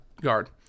guard